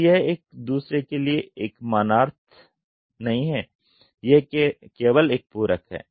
तो यह एक दूसरे के लिए एक मानार्थ नहीं है यह केवल एक पूरक है